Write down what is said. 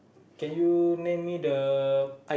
can you name be the